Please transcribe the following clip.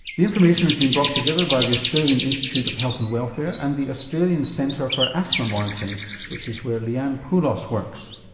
information has been brought together by the australian institute of health and welfare and the australian centre for asthma monitoring which is where leanne poulos works.